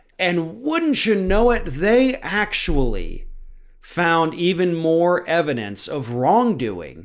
and wouldn't, you know, it, they actually found even more evidence of wrongdoing